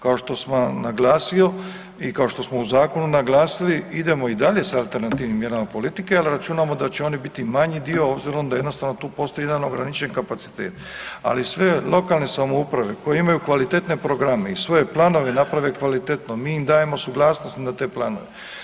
Kao što sam naglasio i kao što smo u zakonu naglasili, idemo i dalje s alternativnim mjerama politike jer računamo da će one biti manji dio obzirom da jednostavno tu postoji jedan ograničen kapacitet, ali sve lokalne samouprave koje imaju kvalitetne programe i svoje planove naprave kvalitetno, mi im dajemo suglasnost na planove.